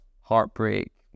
heartbreak